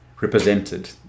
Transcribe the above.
represented